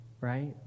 right